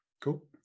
Cool